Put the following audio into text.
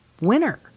winner